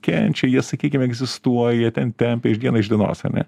kenčia jie sakykim egzistuoja jie ten tempia iš diena iš dienos ar ne